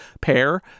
pair